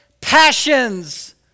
passions